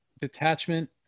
detachment